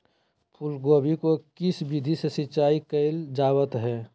फूलगोभी को किस विधि से सिंचाई कईल जावत हैं?